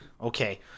Okay